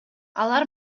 алар